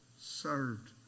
served